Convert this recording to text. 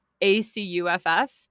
a-c-u-f-f